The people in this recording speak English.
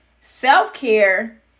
self-care